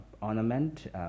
ornament